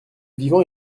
vivant